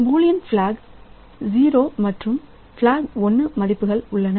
Boolean block block zero மற்றும் block 1மதிப்புகள் உள்ளன